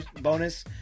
bonus